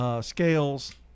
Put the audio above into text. Scales